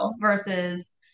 versus